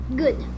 good